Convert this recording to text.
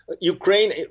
Ukraine